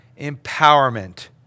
empowerment